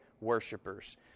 worshippers